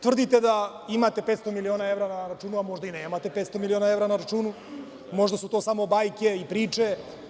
Tvrdite da imate 500 miliona evra na računu, možda i nemate 500 miliona evra na računu, možda su to samo bajke i priče.